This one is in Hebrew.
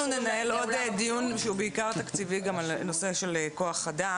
אנחנו ננהל עוד דיון שהוא בעיקר תקציבי גם על הנושא של כוח אדם